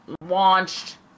launched